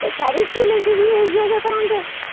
ते शैह्री स्कूलें च बी उ'यो गै पढ़ांदे